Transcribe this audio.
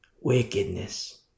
Wickedness